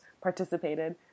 participated